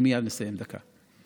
אני מייד מסיים, דקה.